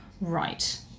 right